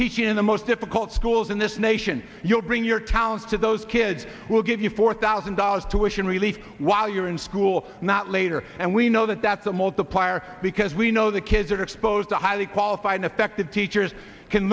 teaching in the most difficult schools in this nation you'll bring your talents to those kids will give you four thousand dollars to assure relief while you're in school not later and we know that that's a multiplier because we know that kids are exposed to highly qualified and effective teachers can